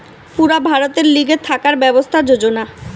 পুরা ভারতের লিগে থাকার ব্যবস্থার যোজনা